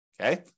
Okay